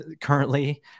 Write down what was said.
currently